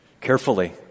carefully